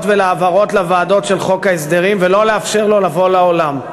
ולהעברות לוועדות של חוק ההסדרים ולא לאפשר לו לבוא לעולם.